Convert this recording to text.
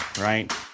right